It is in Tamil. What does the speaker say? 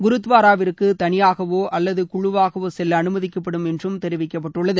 குருத்துவாராவிற்கு தனியாகவோ அல்லது குழுவாகவோ செல்ல அனுமதிக்கப்படும் என்றும் தெரிவிக்கப்பட்டுள்ளது